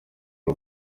w’u